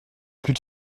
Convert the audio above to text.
plus